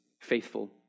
faithful